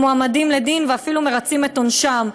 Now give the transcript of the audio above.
הם עומדים לדין ואפילו מרצים את עונשם.